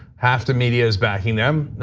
half the media is backing them,